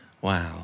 Wow